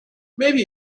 maybe